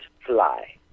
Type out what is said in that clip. fly